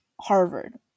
Harvard